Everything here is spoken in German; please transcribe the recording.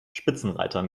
spitzenreiter